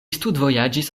studvojaĝis